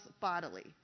bodily